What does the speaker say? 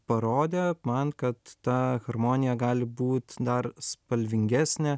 parodė man kad ta harmonija gali būt dar spalvingesnė